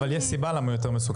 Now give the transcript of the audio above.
אבל יש סיבה למה הוא יותר מסוכן.